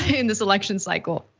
in this election cycle.